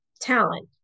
talent